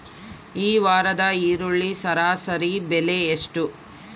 ಈ ವಾರದ ಈರುಳ್ಳಿ ಸರಾಸರಿ ಬೆಲೆ ಎಷ್ಟು?